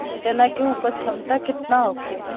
चना के उपज क्षमता केतना होखे?